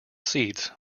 seats